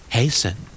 Hasten